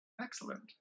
Excellent